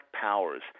powers